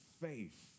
Faith